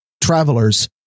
Travelers